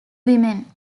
women